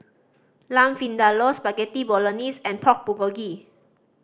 Lamb Vindaloo Spaghetti Bolognese and Pork Bulgogi